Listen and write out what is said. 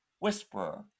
whisperer